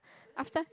after